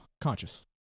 conscious